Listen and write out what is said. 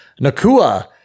Nakua